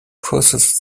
crosses